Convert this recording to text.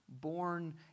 born